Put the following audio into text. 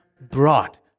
brought